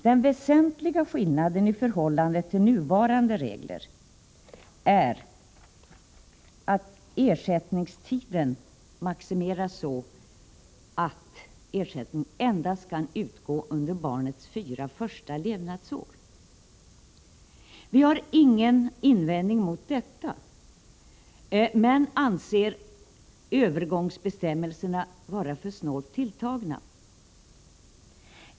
Den väsentliga skillnaden i förhållande till nuvarande regler är att ersättningstiden maximeras så att ersättning endast kan utgå under barnets fyra första levnadsår. Vi har ingen invändning mot detta men anser övergångsbestämmelserna vara för snålt tilltagna.